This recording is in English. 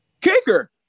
Kicker